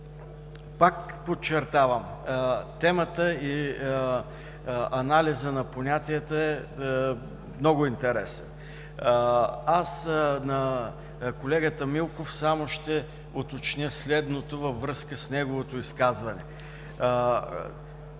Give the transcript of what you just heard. Пак подчертавам: темата и анализът на понятията са много интересни. На колегата Милков само ще уточня следното във връзка с неговото изказване.